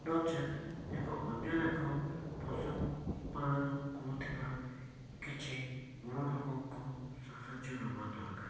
ନଚେତ୍ ଏକ ଅନ୍ୟ ଏକ ପଶୁପାଳନ କରୁଥିବା କିଛି ବଡ଼ ଲୋକଙ୍କ ସାହାଯ୍ୟ ନେବା ଦରକାର